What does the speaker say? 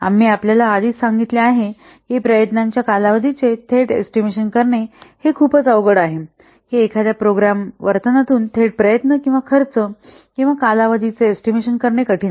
आम्ही आपल्याला आधीच सांगितले आहे की प्रयत्नांच्या कालावधीचे थेट एस्टिमेशन करणे हे खूपच अवघड आहे की एखाद्या प्रोग्राम वर्णनातून थेट प्रयत्न किंवा खर्च किंवा कालावधीचा एस्टिमेशन करणे कठिण आहे